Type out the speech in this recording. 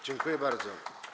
Dziękuję bardzo.